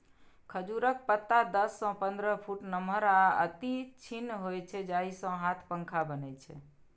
खजूरक पत्ता दस सं पंद्रह फुट नमहर आ अति तीक्ष्ण होइ छै, जाहि सं हाथ पंखा बनै छै